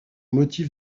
motif